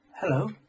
hello